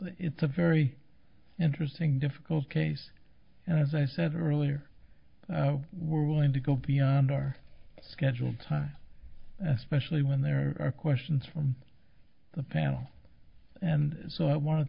it's a very interesting difficult case and as i said earlier we're going to go beyond our scheduled time especially when there are questions from the panel and so i want